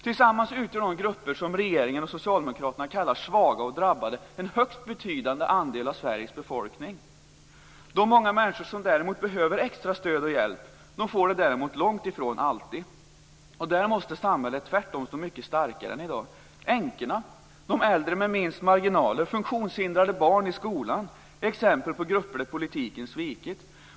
Tillsammans utgör de grupper som regeringen och socialdemokraterna kallar svaga och drabbade en högst betydande andel av Sveriges befolkning. De många människor som däremot behöver extra stöd och hjälp får det långtifrån alltid. Där måste samhället tvärtom stå mycket starkare än i dag. Änkorna, de äldre med minst marginaler, funktionshindrade barn i skolan är exempel på grupper där politiken svikit.